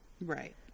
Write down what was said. Right